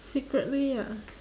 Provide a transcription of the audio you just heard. secretly ah